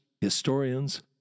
historians